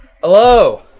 Hello